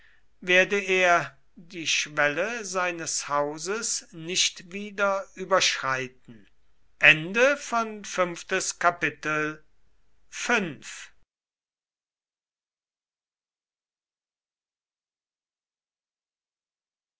werde er die schwelle seines hauses nicht wieder überschreiten